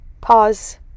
Pause